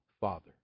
Father